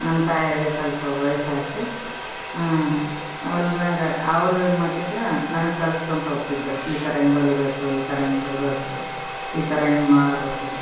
ನಮ್ಮ ತಾಯವರ್ಗೆ ಸ್ವಲ್ಪ ವಯಸ್ಸಾಯ್ತು ಅವ್ಲ್ನಾಗ ಅವರು ಏನು ಮಾಡ್ತಿದ್ರು ನನಗೆ ಕಲ್ಸ್ಕಳ್ತಾ ಹೋಗ್ತಿದ್ರು ಈ ಥರ ಹಿಂಗೆ ಹೊಲಿಬೇಕು ಈ ಥರ ಹಿಂಗೆ ಬಿಡಬೇಕು ಈ ಥರ ಹಿಂಗೆ ಮಾಡಬೇಕು